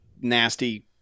nasty